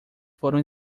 foram